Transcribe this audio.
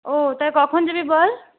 ও তা কখন যাবি বল